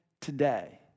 today